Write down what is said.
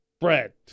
Bread